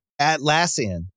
Atlassian